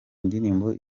ndirimbo